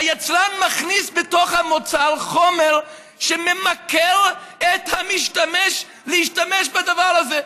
היצרן מכניס בתוך המוצר חומר שממכר את המשתמש להשתמש בדבר הזה.